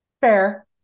Fair